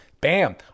Bam